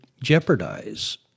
jeopardize